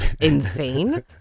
insane